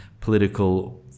political